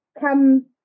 come